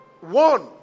One